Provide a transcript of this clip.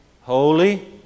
Holy